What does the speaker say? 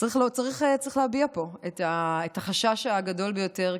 צריך להביע פה את החשש הגדול ביותר.